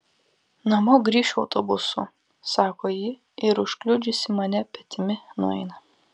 namo grįšiu autobusu sako ji ir užkliudžiusi mane petimi nueina